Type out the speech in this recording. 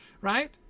right